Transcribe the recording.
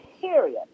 period